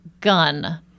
gun